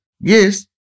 Yes